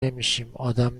نمیشیم، ادم